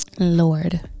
Lord